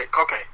okay